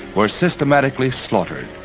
were systematically slaughtered.